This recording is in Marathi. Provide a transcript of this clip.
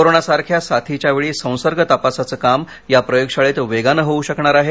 कोरोनासारख्या साथीच्यावेळी संसर्ग तपासाचे काम या प्रयोगशाळेत वेगाने होऊ शकणार आहे